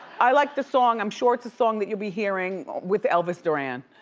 i like the song, i'm sure it's a song that you'll be hearing with elvis duran.